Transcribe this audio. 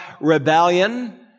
Rebellion